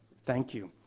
thank you.